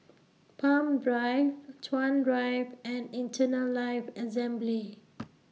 Palm Drive Chuan Drive and Eternal Life Assembly